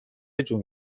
جون